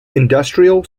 industrial